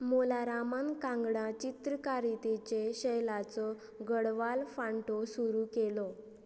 मोला रामान कांगडा चित्रकारितेचे शैलाचो गडवाल फांटो सुरू केलो